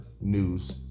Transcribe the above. news